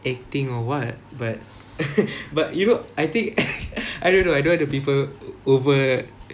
acting or what but but you know I think I don't know I don't have the people over